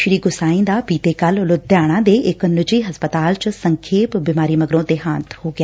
ਸ੍ਰੀ ਗੁਸਾਈ ਦਾ ਬੀਤੇ ਕੱਲੁ ਲੁਧਿਆਣਾ ਦੇ ਇਕ ਨਿਜੀ ਹਸਪਤਾਲ ਚ ਸੰਖੇਪ ਬਿਮਾਰੀ ਮਗਰੋ ਦੇਹਾਂਤ ਹੋ ਗਿਆ